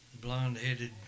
blonde-headed